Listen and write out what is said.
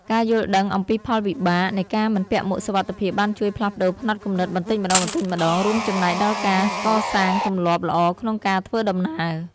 ការយល់ដឹងអំពីផលវិបាកនៃការមិនពាក់មួកសុវត្ថិភាពបានជួយផ្លាស់ប្តូរផ្នត់គំនិតបន្តិចម្តងៗ រួមចំណែកដល់ការកសាងទម្លាប់ល្អក្នុងការធ្វើដំណើរ។